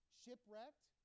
shipwrecked